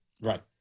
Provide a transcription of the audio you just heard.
Right